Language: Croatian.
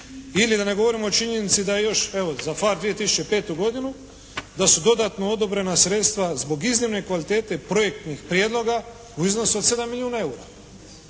Ili da ne govorimo o činjenici da je još evo, za PHARE 2005. godinu, da su dodatno odobrena sredstva zbog iznimne kvalitete projektnih prijedloga u iznosu od 7 milijuna eura.